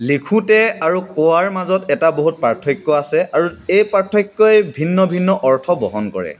লিখোঁতে আৰু কোৱাৰ মাজত এটা বহুত পাৰ্থক্য আছে আৰু এই পাৰ্থক্যই ভিন্ন ভিন্ন অৰ্থ বহন কৰে